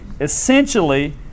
essentially